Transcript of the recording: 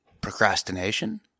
procrastination